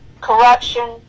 corruption